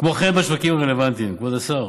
כמו כן, בשווקים רלוונטיים, כבוד השר,